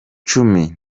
cumi